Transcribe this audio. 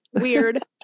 Weird